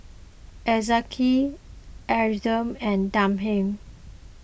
Ezekiel Adria and Damian